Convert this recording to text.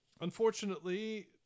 unfortunately